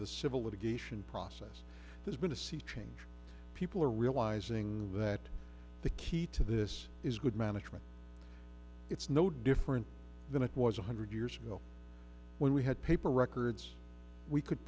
the civil litigation process there's been a sea change people are realizing that the key to this is good management it's no different than it was a hundred years ago when we had paper records we could